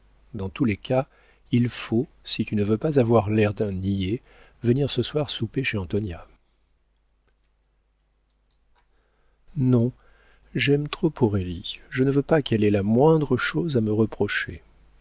dans tous les cas il faut si tu ne veux pas avoir l'air d'un niais venir ce soir souper chez antonia non j'aime trop aurélie je ne veux pas qu'elle ait la moindre chose à me reprocher